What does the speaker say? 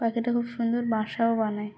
পাখিটা খুব সুন্দর বাসাও বানায়